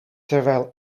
terwijl